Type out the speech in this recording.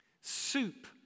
soup